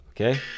Okay